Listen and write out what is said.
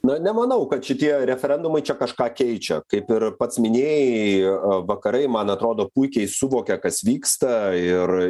na nemanau kad šitie referendumai čia kažką keičia kaip ir pats minėjai vakarai man atrodo puikiai suvokė kas vyksta ir